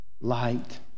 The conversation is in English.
Light